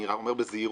אני אומר בזהירות,